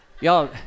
Y'all